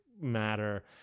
matter